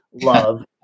love